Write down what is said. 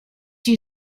you